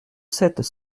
sept